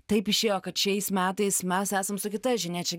taip išėjo kad šiais metais mes esam su kita žinia čia